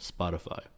Spotify